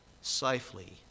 safely